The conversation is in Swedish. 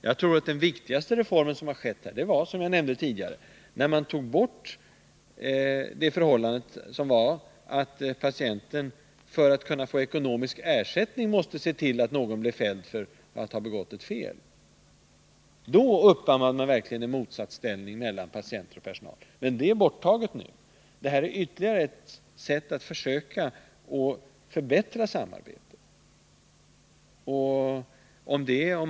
Jag tror — som jag sade nyss — att den viktigaste reformen på detta område var när man tog bort bestämmelsen om att patienten för att få ekonomisk ersättning måste se till att någon blev fälld för tjänstefel. Då uppammade man verkligen en motsatsställning mellan patienter och personal, men så är det inte nu. Det här är ytterligare ett försök att förbättra samarbetet mellan patienter och sjukvårdspersonal.